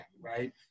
right